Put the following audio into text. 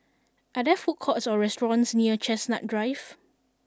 are there food courts or restaurants near Chestnut Drive